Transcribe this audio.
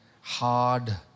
hard